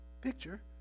picture